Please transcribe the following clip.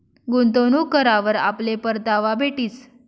गुंतवणूक करावर आपले परतावा भेटीस